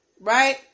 Right